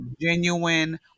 genuine